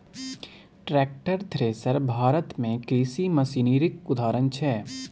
tractor, thresher Bharat मे कृषि मशीनरीक उदाहरण छै